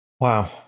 Wow